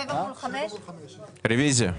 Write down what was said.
רוויזיה.